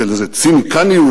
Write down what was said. של ציניות,